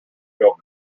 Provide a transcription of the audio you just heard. real